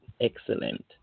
excellent